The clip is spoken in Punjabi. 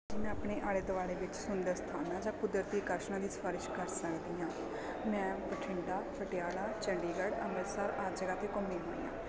ਕੀ ਮੈਂ ਆਪਣੇ ਆਲੇ ਦੁਆਲੇ ਵਿੱਚ ਸੁੰਦਰ ਸਥਾਨਾਂ ਜਾਂ ਕੁਦਰਤੀ ਆਕਰਸ਼ਣਾਂ ਦੀ ਸਿਫਾਰਿਸ਼ ਕਰ ਸਕਦੀ ਹਾਂ ਮੈਂ ਬਠਿੰਡਾ ਪਟਿਆਲਾ ਚੰਡੀਗੜ੍ਹ ਅੰਮ੍ਰਿਤਸਰ ਆਹ ਜਗ੍ਹਾ 'ਤੇ ਘੁੰਮੀ ਹੋਈ ਹਾਂ